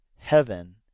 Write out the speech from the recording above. Heaven